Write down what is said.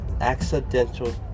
Accidental